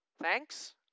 Thanks